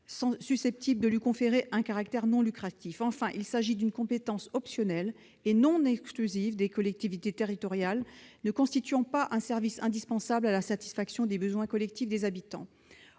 susceptibles de lui conférer un caractère non lucratif. En outre, il s'agit d'une compétence optionnelle et non exclusive des collectivités territoriales ne constituant pas un service indispensable à la satisfaction des besoins collectifs des habitants.